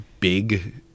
big